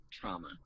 trauma